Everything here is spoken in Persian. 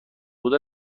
بدو